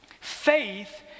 Faith